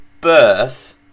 birth